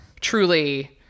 truly